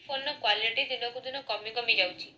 ଫୋନ୍ର କ୍ୱାଲିଟି ଦିନକୁ ଦିନ କମି କମି ଯାଉଛି